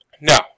No